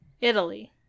Italy